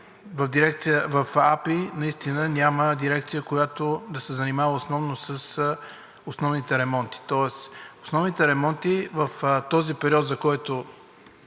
в АПИ наистина няма дирекция, която да се занимава основно с основните ремонти. Тоест, основните ремонти в този период, който